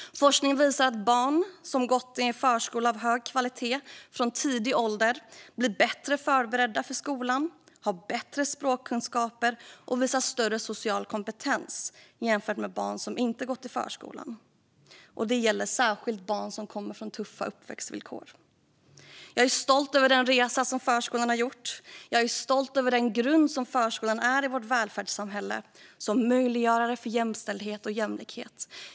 Forskning visar att barn som gått i en förskola av hög kvalitet från tidig ålder blir bättre förberedda för skolan, har bättre språkkunskaper och visar större social kompetens än barn som inte har gått i förskolan. Detta gäller särskilt barn som kommer från tuffa uppväxtvillkor. Jag är stolt över den resa som förskolan har gjort. Jag är stolt över den grund som förskolan är i vårt välfärdssamhälle, som möjliggörare av jämställdhet och jämlikhet.